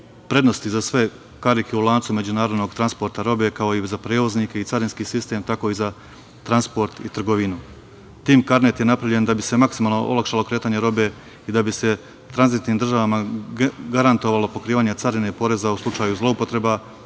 prednosti za sve karike u lancu međunarodnog transporta robe, kako i za prevoznike i carinski sistem tako i za transport i trgovinu. Taj TIM karnet je napravljen da bi se maksimalno olakšalo kretanje robe i da bi se tranzitnim državama garantovalo pokrivanje carine poreza u slučaju zloupotreba